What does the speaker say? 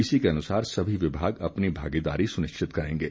इसी के अनुसार सभी विभाग अपनी भागीदारी सुनिश्चित करेंगे